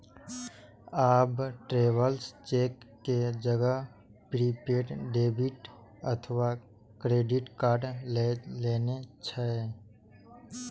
आब travellers cheque के जगह प्रीपेड डेबिट अथवा क्रेडिट कार्ड लए लेने छै